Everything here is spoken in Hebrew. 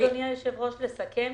אדוני היושב-ראש, אתה יכול לסכם?